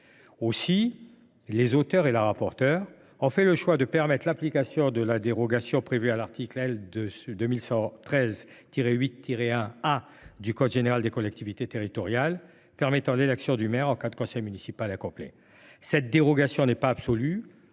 Aussi, les auteurs et la rapporteure ont fait le choix de permettre l’application de la dérogation prévue à l’article L. 2113 8 1 A du code général des collectivités territoriales autorisant l’élection du maire en cas de conseil municipal incomplet. Cette dérogation n’est pas absolue,